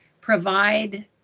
provide